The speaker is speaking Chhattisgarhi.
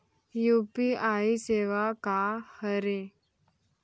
यू.पी.आई सेवा का हरे?